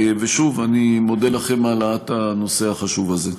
שוב, אני מודה לכם על העלאת הנושא החשוב הזה.